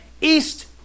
East